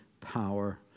power